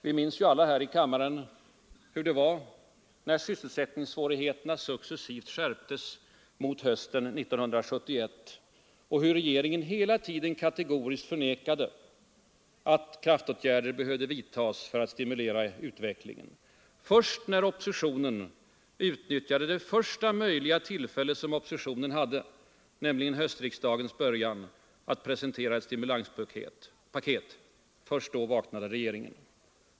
Vi minns alla här i kammaren hur det var när sysselsättningssvårigheterna successivt stärktes mot hösten 1971 och hur regeringen hela tiden kategoriskt förnekade att kraftåtgärder behövde vidtas för att åstadkomma stimulans. Först när oppositionen utnyttjade det första möjliga tillfälle som oppositionen hade att presentera ett stimulanspaket, nämligen höstriksdagens början, vaknade regeringen.